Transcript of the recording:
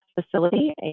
facility